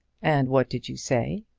and what did you say?